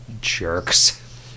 jerks